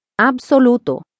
Absoluto